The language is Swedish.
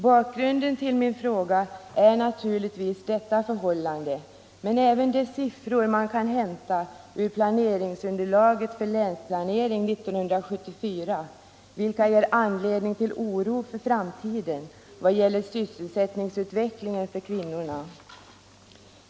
Bakgrunden till min fråga är naturligtvis detta förhållande, men också de siffror man kan hämta ur planeringsunderlaget för Länsplanering 1974, vilka ger anledning till oro för framtiden när det gäller sysselsättningsutvecklingen för kvinnorna.